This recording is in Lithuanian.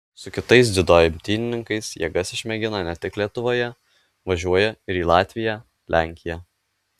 su kitais dziudo imtynininkais jėgas išmėgina ne tik lietuvoje važiuoja ir į latviją lenkiją